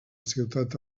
ciutat